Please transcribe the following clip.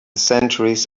centuries